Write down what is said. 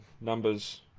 numbers